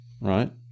right